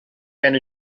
enw